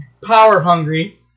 power-hungry